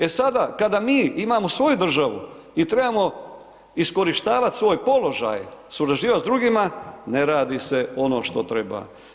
E sada kada mi imamo svoju državu i trebamo iskorištavati svoj položaj surađivati s drugima, ne radi se ono što treba.